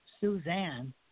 Suzanne